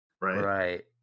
Right